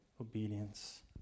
obedience